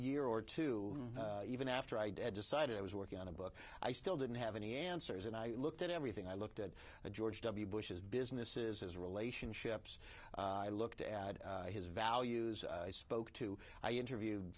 year or two even after i had decided i was working on a book i still didn't have any answers and i looked at everything i looked at george w bush's business is his relationships i looked at his values i spoke to i interviewed